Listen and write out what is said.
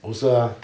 also ah